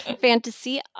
fantasy